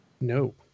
No